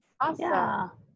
Awesome